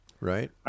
Right